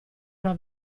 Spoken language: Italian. una